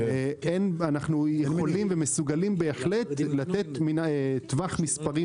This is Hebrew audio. אנחנו יכולים ומסוגלים בהחלט לתת טווח מספרים